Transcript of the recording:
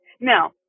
Now